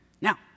Now